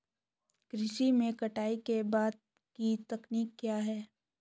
कृषि में कटाई के बाद की तकनीक क्या है?